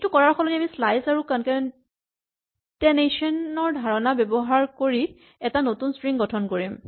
এইটো কৰাৰ সলনি আমি শ্লাইচ আৰু কনকেটেনেচন ৰ ধাৰণা ব্যৱহাৰ কৰি এটা নতুন ষ্ট্ৰিং গঠন কৰিম